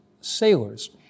sailors